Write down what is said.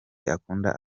akunda